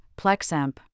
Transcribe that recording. PlexAmp